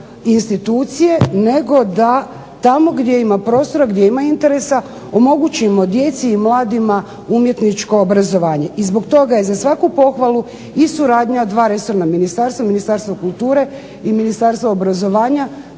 institucije, nego da tamo gdje ima prostora, gdje ima interesa omogućimo djeci i mladima umjetničko obrazovanje. I zbog toga je za svaku pohvalu i suradnja dva resorna ministarstva, Ministarstva kulture i Ministarstva obrazovanja